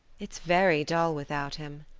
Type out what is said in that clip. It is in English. it's very dull without him,